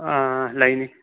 ꯂꯩꯅꯤ